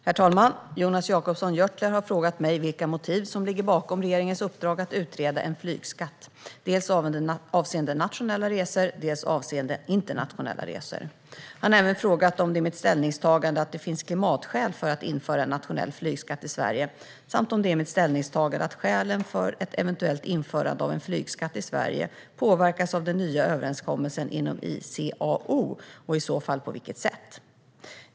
Herr talman! Jonas Jacobsson Gjörtler har frågat mig vilka motiv som ligger bakom regeringens uppdrag att utreda en flygskatt dels avseende nationella resor, dels avseende internationella resor. Han har även frågat om det är mitt ställningstagande att det finns klimatskäl för att införa en nationell flygskatt i Sverige samt om det är mitt ställningstagande att skälen för ett eventuellt införande av en flygskatt i Sverige påverkas av den nya överenskommelsen inom ICAO och i så fall på vilket sätt.